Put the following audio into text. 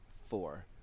four